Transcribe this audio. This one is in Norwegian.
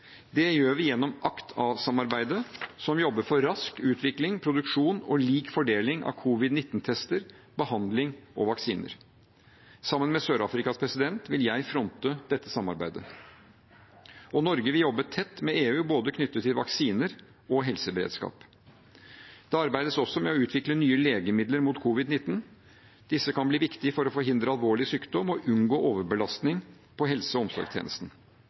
Det gjør vi gjennom ACT-A-samarbeidet, som jobber for rask utvikling, produksjon og lik fordeling av covid-19-tester, behandling og vaksiner. Sammen med Sør-Afrikas president vil jeg fronte dette samarbeidet. Og Norge vil jobbe tett med EU knyttet til både vaksiner og helseberedskap. Det arbeides også med å utvikle nye legemidler mot covid-19. Disse kan bli viktige for å forhindre alvorlig sykdom og unngå overbelastning på helse- og omsorgstjenesten.